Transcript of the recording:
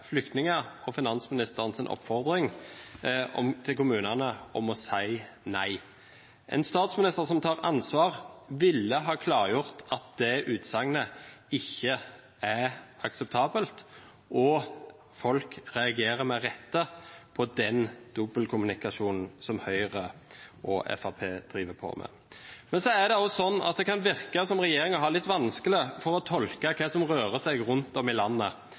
flyktninger og finansministerens oppfordring til kommunene om å si nei. En statsminister som tar ansvar, ville ha klargjort at det utsagnet ikke er akseptabelt, og folk reagerer med rette på den dobbeltkommunikasjonen som Høyre og Fremskrittspartiet driver med. Det kan også virke som om regjeringen har litt vanskelig for å tolke hva som rører seg rundt om i landet,